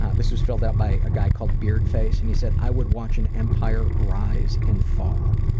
ah this was filled out by a guy called beardface, and he said i would watch an empire rise and fall.